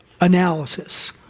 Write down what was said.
analysis